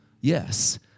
Yes